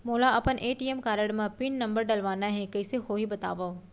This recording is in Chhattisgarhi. मोला अपन ए.टी.एम कारड म पिन नंबर डलवाना हे कइसे होही बतावव?